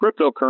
cryptocurrency